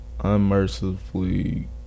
Unmercifully